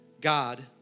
God